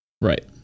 Right